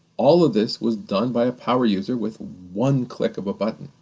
all of this was done by a power user with one click of a button.